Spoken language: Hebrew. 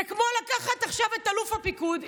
זה כמו לקחת עכשיו את אלוף הפיקוד,